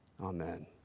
Amen